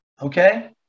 okay